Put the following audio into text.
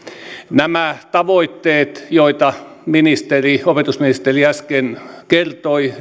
nämä tavoitteet reformille joita opetusministeri äsken kertoi